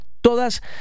Todas